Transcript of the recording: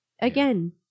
Again